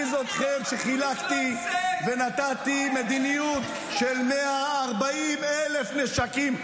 מרגיז אתכם שחילקתי ונתתי מדיניות של 140,000 נשקים.